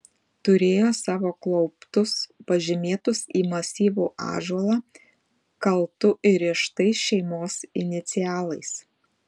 turėjo savo klauptus pažymėtus į masyvų ąžuolą kaltu įrėžtais šeimos inicialais